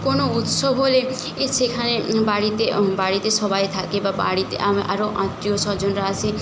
কোনো উৎসব হলে এ সেখানে বাড়িতে বাড়িতে সবাই থাকে বা বাড়িতে আমি আরও আত্মীয় স্বজনরা আসে